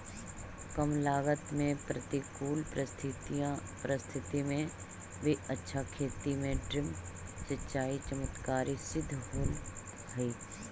कम लागत में प्रतिकूल परिस्थिति में भी अच्छा खेती में ड्रिप सिंचाई चमत्कारी सिद्ध होल हइ